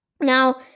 Now